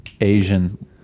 Asian